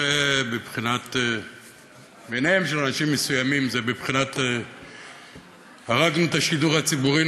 כנראה בעיניהם של אנשים מסוימים זה בבחינת "הרגנו את השידור הציבורי,